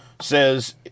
says